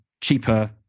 cheaper